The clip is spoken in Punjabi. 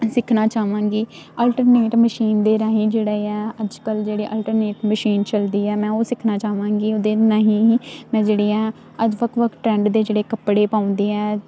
ਸਿੱਖਣਾ ਚਾਹਵਾਂਗੀ ਅਲਟਰਨੇਟ ਮਸ਼ੀਨ ਦੇ ਰਾਹੀਂ ਜਿਹੜੇ ਆ ਅੱਜ ਕੱਲ੍ਹ ਜਿਹੜੇ ਅਲਟਰਨੇਟ ਮਸ਼ੀਨ ਚਲਦੀ ਹੈ ਮੈਂ ਉਹ ਸਿੱਖਣਾ ਚਾਹਵਾਂਗੀ ਉਹਦੇ ਰਾਹੀਂ ਹੀ ਮੈਂ ਜਿਹੜੀਆਂ ਅੱਜ ਵੱਖ ਵੱਖ ਟਰੈਂਡ ਦੇ ਜਿਹੜੇ ਕੱਪੜੇ ਪਾਉਂਦੇ ਹੈ